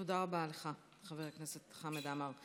תודה רבה לך, חבר הכנסת חמד עמאר.